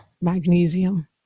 magnesium